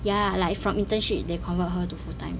ya like from internship they convert her to full time